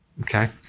okay